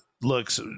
looks